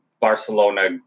Barcelona